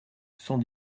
cent